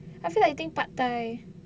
I feel like eating pad thai